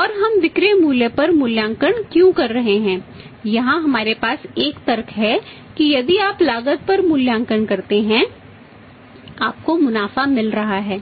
और हम विक्रय मूल्य पर मूल्यांकन क्यों कर रहे हैं यहां हमारे पास एक तर्क है कि यदि आप लागत पर मूल्यांकन करते हैं आपको मुनाफा मिल रहा है